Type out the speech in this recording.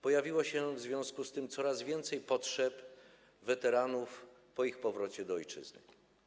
Pojawiło się w związku z tym coraz więcej potrzeb weteranów po ich powrocie do ojczyzny.